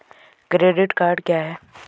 Credit card क्या है?